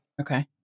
Okay